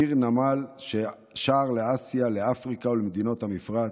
עיר נמל, שער לאסיה, לאפריקה ולמדינות המפרץ,